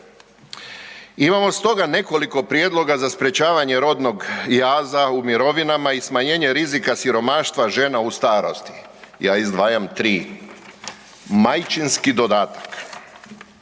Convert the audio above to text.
Imamo stoga nekoliko prijedloga za sprečavanje rodnog jaza u mirovinama i smanjenja rizika siromaštva žena u starosti. Ja izdvajam tri, majčinski dodatak.